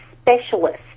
specialist